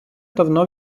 давно